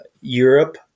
Europe